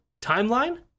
timeline